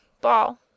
ball